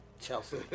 Chelsea